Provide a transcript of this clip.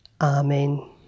Amen